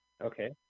Okay